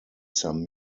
some